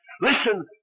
Listen